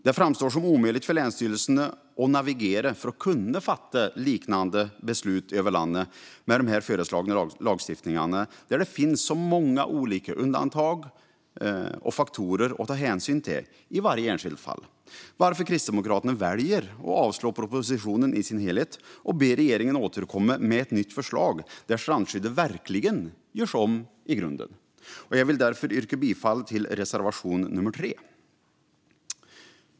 Det framstår som omöjligt för länsstyrelserna att navigera för att kunna fatta liknande beslut över landet med dessa föreslagna lagstiftningar, där det finns många olika undantag och faktorer att ta hänsyn till i varje enskilt fall, varför Kristdemokraterna väljer att avstyrka propositionen i dess helhet och be regeringen att återkomma med ett nytt förslag där strandskyddet görs om i grunden. Jag vill därför yrka bifall till reservation nummer 3.